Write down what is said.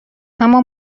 اما